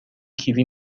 کیوی